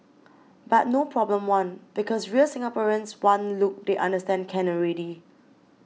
but no problem one because real Singaporeans one look they understand can already